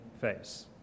face